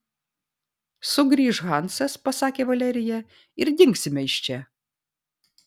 sugrįš hansas pasakė valerija ir dingsime iš čia